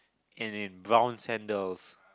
and in brown sandals